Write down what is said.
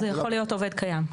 זה יכול להיות עובד קיים.